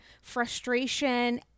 frustration